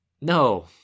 No